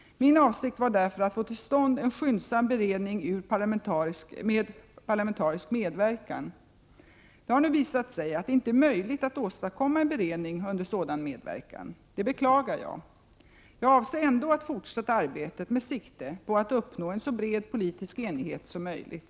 Min avsikt var därför att få till stånd en skyndsam beredning under parlamentarisk medverkan. Det har nu visat sig att det inte är möjligt att åstadkomma en beredning under sådan medverkan. Detta beklagar jag. Jag avser ändå att fortsätta arbetet med sikte på att uppnå en så bred politisk enighet som möjligt.